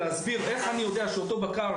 ולהסביר איך אני יודע שאותו בקר,